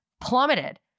plummeted